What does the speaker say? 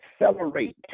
Accelerate